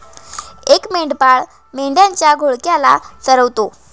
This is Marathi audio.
एक मेंढपाळ मेंढ्यांच्या घोळक्याला चरवतो